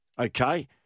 okay